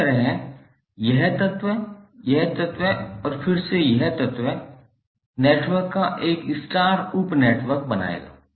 इसी तरह यह तत्व यह तत्व और फिर से यह तत्व नेटवर्क का एक और स्टार उप नेटवर्क बनाएगा